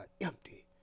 empty